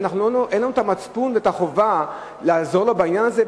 אין לנו המצפון והחובה לעזור לו בעניין הזה?